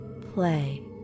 play